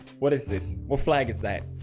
what is this what flag is that?